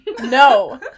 no